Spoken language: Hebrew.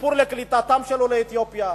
שיפור קליטתם של עולי אתיופיה.